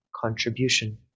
contribution